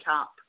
up